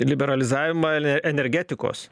liberalizavimą energetikos